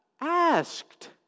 asked